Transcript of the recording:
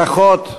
ברכות.